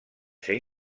ser